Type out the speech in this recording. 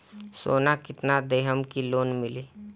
सोना कितना देहम की लोन मिली?